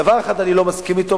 דבר אחד אני לא מסכים לו,